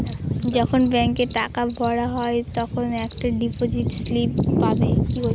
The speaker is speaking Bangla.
যখন ব্যাঙ্কে টাকা ভরা হয় তখন একটা ডিপোজিট স্লিপ পাবে